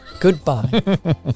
goodbye